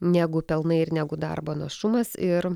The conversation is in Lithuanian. negu pelnai ir negu darbo našumas ir